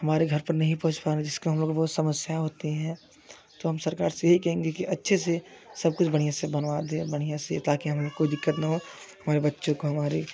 हमारे घर पर नहीं पहुँच पाए जिसको हम लोग बहुत समस्या होती हैं तो हम सरकार से यही कहेंगे कि अच्छे से सब कुछ बढ़िया से बनवा दे बढ़िया से ताकि हमें कोई दिक्कत ना हो हमारे बच्चों को हमारी